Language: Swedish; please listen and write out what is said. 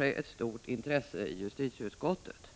ett stort intresse i justitieutskottet.